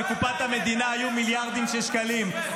בקופת המדינה היו מיליארדים של שקלים.